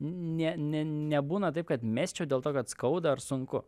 n ne ne nebūna taip kad mesčiau dėl to kad skauda ar sunku